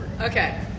Okay